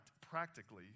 practically